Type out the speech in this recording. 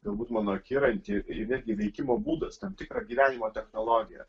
galbūt mano akiratį ir netgi veikimo būdas tam tikra gyvenimo technologija